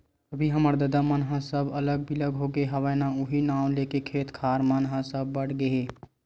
अभी हमर ददा मन ह सब अलग बिलग होगे हवय ना उहीं नांव लेके खेत खार मन ह सब बट बट गे हे